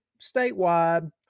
statewide